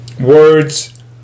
words